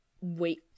wait